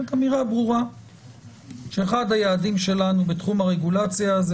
אמירה ברורה שאחד היעדים שלנו בתחום הרגולציה זה